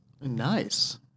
Nice